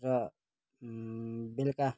र बेलुका